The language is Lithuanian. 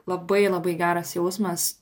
labai labai geras jausmas